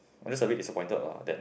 I'm just a bit disappointed lah that